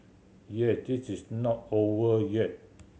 yes it is not over yet